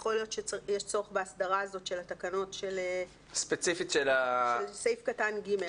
יכול להיות שיש צורך בהסדרת התקנות של סעיף קטן ג.